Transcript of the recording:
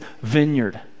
vineyard